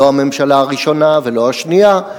לא הממשלה הראשונה ולא השנייה,